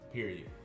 Period